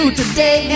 today